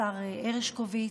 השר הרשקוביץ,